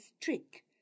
trick